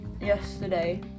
yesterday